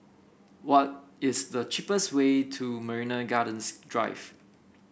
what is the cheapest way to Marina Gardens Drive